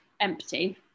empty